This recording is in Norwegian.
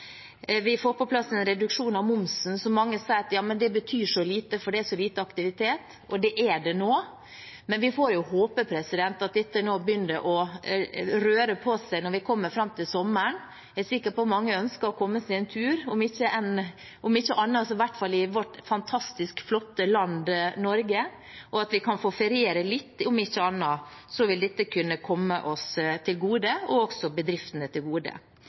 Vi får på plass en reduksjon av momsen, som mange sier betyr så lite, for det er så lite aktivitet. Det er det nå, men vi får håpe at det begynner å røre på seg når vi kommer fram til sommeren. Jeg er sikker på at mange ønsker å komme seg ut på tur, om ikke annet så i hvert fall i vårt fantastisk flotte land Norge, og at vi kan få feriere litt, om ikke annet. Da vil dette kunne komme oss, og også bedriftene, til gode.